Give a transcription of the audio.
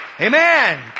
Amen